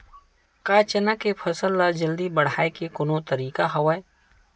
का चना के फसल ल जल्दी बढ़ाये के कोनो तरीका हवय?